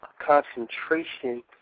concentration